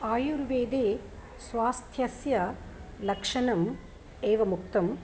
आयुर्वेदे स्वास्थ्यस्य लक्षणम् एवमुक्तम्